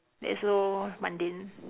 that's so mundane